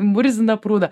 murziną prūdą